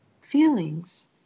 feelings